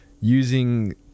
Using